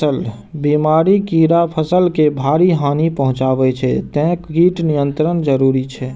बीमारी, कीड़ा फसल के भारी हानि पहुंचाबै छै, तें कीट नियंत्रण जरूरी छै